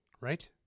Right